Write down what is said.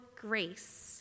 grace